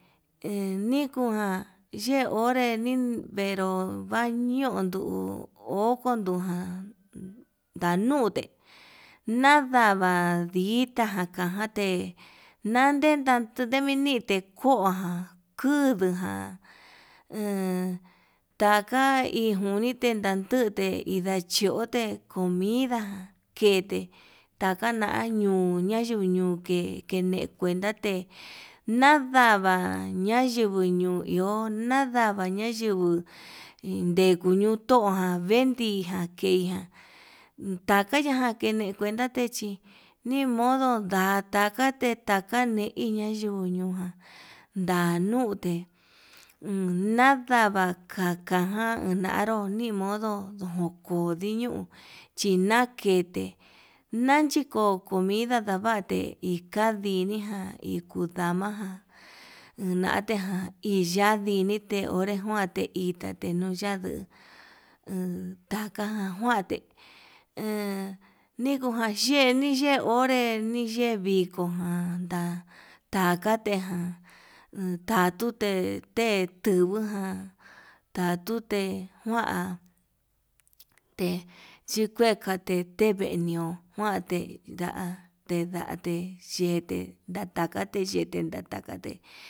Enukujan yee onré venró vañun okonduján, dandute nadava ditá ka jante naden ndate nemeni tekoján kuduján hee taka injune tundandute indachiote, comida kete taka ña'a ñuu ñayuñu ke kene kuenta te nadava nayiguo no iho, ndadava nayinguo ndekuu nuu to'o jan vendiján ke'e tiján takaña jan kene cuentate chí nimodo ndakate taka ñei nayunju ñuján, ndanute nadava kakaján naro nimodo nokoriño chinakete nachi ko comida navate ikadiniján, ikuu ndama ján unatejan iyandinite unejuante itate nuya'a duu takajan kuante he nikujan yeni yeni hó onre niye'e viko jan ta takate ján, tatute té tubuu ján tatute njuante chikue kate tevee mion juante nda'ate ndate xhete ndatakate yete ndatakate.